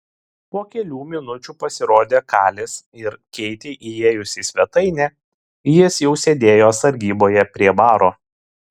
po kelių minučių pasirodė kalis ir keitei įėjus į svetainę jis jau sėdėjo sargyboje prie baro